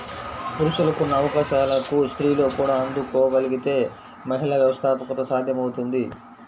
పురుషులకున్న అవకాశాలకు స్త్రీలు కూడా అందుకోగలగితే మహిళా వ్యవస్థాపకత సాధ్యమవుతుంది